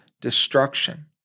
destruction